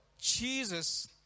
jesus